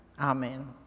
Amen